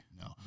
No